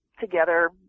together –